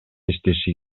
иштеши